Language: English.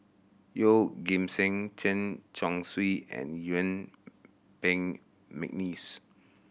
Yeoh Ghim Seng Chen Chong Swee and Yuen Peng McNeice